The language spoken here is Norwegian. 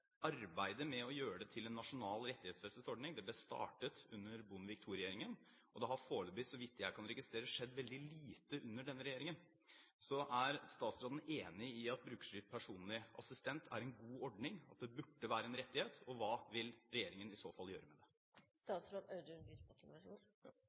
Arbeidet med å gjøre det til en nasjonal rettighetsfestet ordning ble startet under Bondevik II-regjeringen. Det har – så vidt jeg kan registrere – foreløpig skjedd veldig lite under denne regjeringen. Er statsråden enig i at brukerstyrt personlig assistent er en god ordning, at det burde være en rettighet? Og hva vil regjeringen i så fall gjøre med